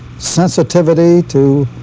sensitivity to